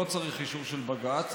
לא צריך אישור של בג"ץ,